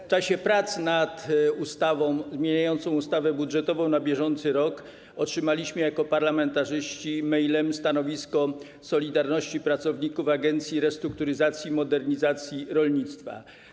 W czasie prac nad ustawą zmieniającą ustawę budżetową na bieżący rok otrzymaliśmy jako parlamentarzyści mailem stanowisko „Solidarności” Pracowników Agencji Restrukturyzacji i Modernizacji Rolnictwa.